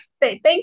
Thank